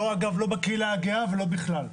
אגב, לא בקהילה הגאה ולא בכלל.